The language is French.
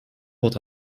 votre